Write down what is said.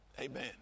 Amen